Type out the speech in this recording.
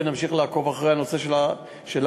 ונמשיך לעקוב אחרי הנושא של הר-הזיתים.